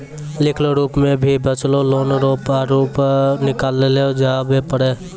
लिखलो रूप मे भी बचलो लोन रो प्रारूप निकाललो जाबै पारै